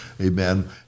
amen